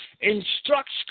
instructs